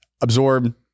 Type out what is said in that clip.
Absorb